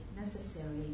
necessary